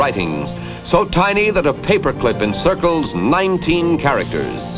writing so tiny that a paper clip in circles nineteen characters